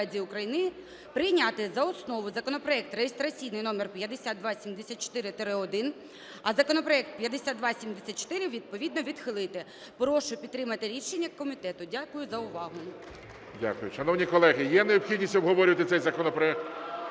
Дякую за увагу.